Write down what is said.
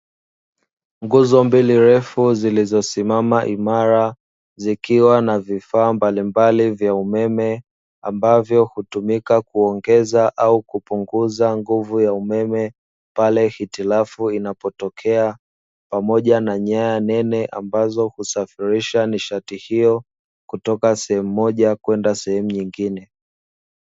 Nguzo mbili ndefu zilizosimama imara zikiwa na vifaa mbalimbali vya umeme, ambavyo hutumika kuongeza au kupunguza nguvu ya umeme pale hitilafu inapotokea; pamoja na nyaya nene ambazo kusafirisha nishati hiyo kutoka sehemu moja kwenda sehemu nyingine.